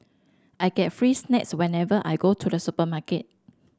I get free snacks whenever I go to the supermarket